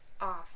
off